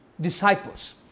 disciples